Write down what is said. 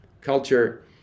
culture